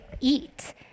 eat